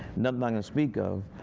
nothing i can speak of.